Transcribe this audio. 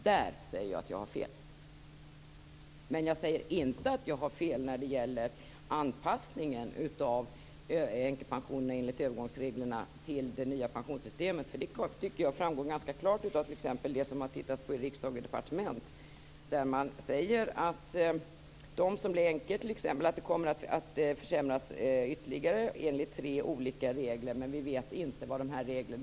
Där säger jag att jag har fel, men jag säger inte att jag har fel när det gäller anpassningen av änkepensionerna enligt övergångsreglerna till det nya pensionssystemet. Jag tycker att det framgår ganska klart t.ex. i Från Riksdag och Departement. Man säger att villkoren kommer att försämras ytterligare t.ex. för dem som blir änkor enligt tre olika regler.